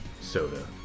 soda